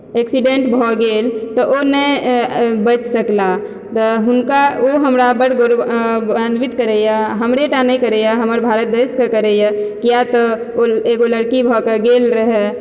accident भऽ गेल तऽ ओ नै बचि सकला तऽ हुनका ओ हमरा बड़ गौरवान्वित करैए हमरेटा नै करैए हमर भारत देशकऽ करैए किए तऽ ओ एगो लड़की भऽ कऽ गेल रहए